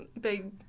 Big